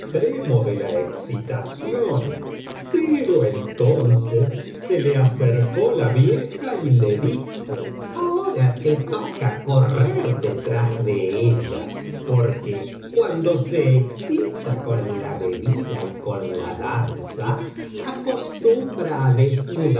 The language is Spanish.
extremo de la excitación pero entonces se le acercó la vieja y le dijo ahora te toca correr detrás de ella porque cuando se excita con la bebida y con la danza acostumbra á desnudarse